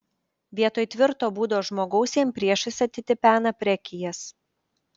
vietoj tvirto būdo žmogaus jam priešais atitipena prekijas